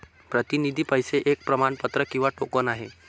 प्रतिनिधी पैसे एक प्रमाणपत्र किंवा टोकन आहे